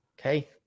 okay